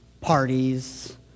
parties